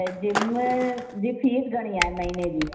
gym जी fees घणी आहे महीने जी